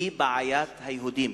היא בעיית היהודים.